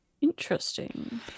Interesting